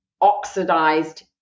oxidized